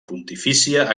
pontifícia